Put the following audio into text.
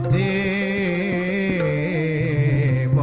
a